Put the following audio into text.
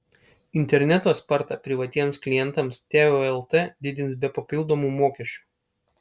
interneto spartą privatiems klientams teo lt didins be papildomų mokesčių